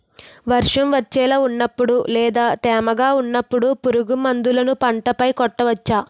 వర్షం వచ్చేలా వున్నపుడు లేదా తేమగా వున్నపుడు పురుగు మందులను పంట పై కొట్టవచ్చ?